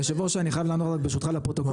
היושב ראש אבל אני חייב לענות רק ברשותך לפרוטוקול,